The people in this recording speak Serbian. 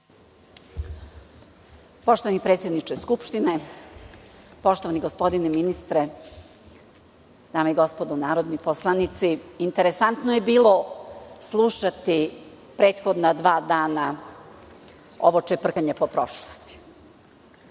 Poštovani predsedniče Skupštine, poštovani gospodine ministre, dame i gospodo narodni poslanici, interesantno je bilo slušati prethodna dva dana ovo čeprkanje po prošlosti.